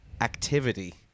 Activity